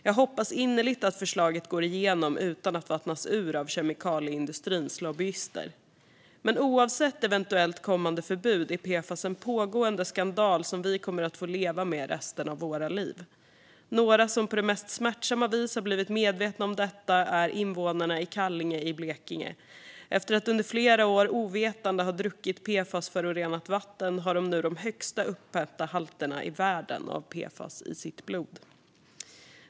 Jag hoppas innerligt att förslaget går igenom utan att vattnas ur av kemikalieindustrins lobbyister. Men oavsett eventuellt kommande förbud är PFAS en pågående skandal som vi kommer att få leva med resten av våra liv. Några som på det mest smärtsamma vis har blivit medvetna om detta är invånarna i Kallinge i Blekinge. Efter att under flera år ovetande ha druckit PFAS-förorenat vatten har de nu de högsta uppmätta halterna i världen av PFAS i sitt blod.